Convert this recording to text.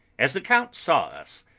as the count saw us,